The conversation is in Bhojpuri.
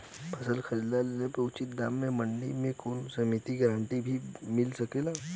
फसल खरीद लेवे क उचित दाम में मंडी या कोई समिति से गारंटी भी मिल सकेला?